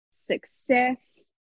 success